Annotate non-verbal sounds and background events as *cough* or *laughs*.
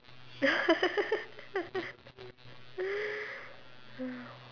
*laughs*